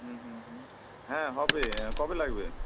হুম হুম হুম হ্যাঁ হবে কবে লাগবে